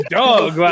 dog